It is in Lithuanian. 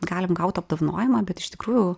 galim gaut apdovanojimą bet iš tikrųjų